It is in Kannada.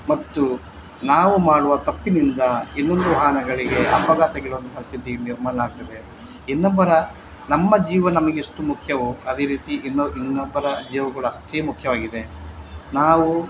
ಮತ್ತು ನಾವು ಮಾಡುವ ತಪ್ಪಿನಿಂದ ಇನ್ನೊಂದು ವಾಹನಗಳಿಗೆ ಅಪಘಾತ ಬೀಳುವಂಥ ಪರಿಸ್ಥಿತಿ ನಿರ್ಮಾಣ ಆಗ್ತದೆ ಇನ್ನೊಬ್ಬರ ನಮ್ಮ ಜೀವ ನಮಗೆ ಎಷ್ಟು ಮುಖ್ಯವೋ ಅದೇ ರೀತಿ ಇನ್ನೂ ಇನ್ನೊಬ್ಬರ ಜೀವ ಕೂಡ ಅಷ್ಟೇ ಮುಕ್ಯವಾಗಿದೆ ನಾವು